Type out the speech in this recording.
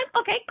Okay